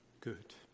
good